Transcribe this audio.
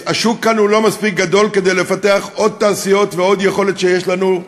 והשוק כאן אינו מספיק גדול כדי לפתח עוד תעשיות ועוד יכולת שיש לנו,